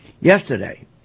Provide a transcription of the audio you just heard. Yesterday